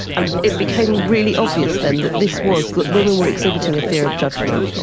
and it became really obvious then that this was that women were exhibiting a fear of judgement,